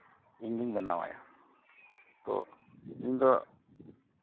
ᱤᱧᱜᱤᱧ ᱵᱮᱱᱟᱣᱟᱭᱟ ᱛᱳ ᱤᱧᱫᱚ